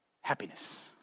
happiness